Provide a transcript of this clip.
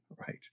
right